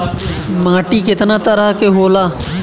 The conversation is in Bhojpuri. माटी केतना तरह के होला?